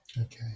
Okay